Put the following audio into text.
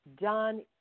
done